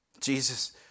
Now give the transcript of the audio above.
Jesus